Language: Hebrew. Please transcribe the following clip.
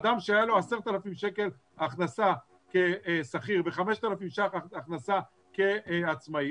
אדם שהיה לו 10,000 שקל הכנסה כשכיר ו-5,000 ₪ הכנסה כעצמאי,